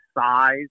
size